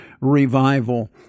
revival